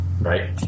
Right